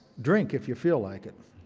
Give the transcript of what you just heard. drink if you feel like. and